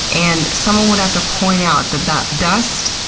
and someone would have to point out that that dust,